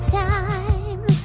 time